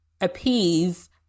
appease